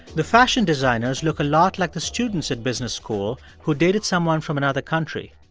the fashion designers look a lot like the students at business school who dated someone from another country.